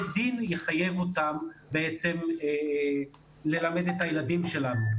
דין יחייב אותם בעצם ללמד את הילדים שלנו.